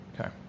Okay